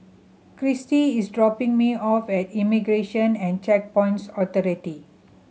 Christie is dropping me off at Immigration and Checkpoints Authority